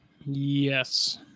Yes